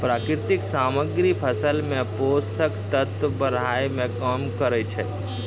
प्राकृतिक सामग्री फसल मे पोषक तत्व बढ़ाय में काम करै छै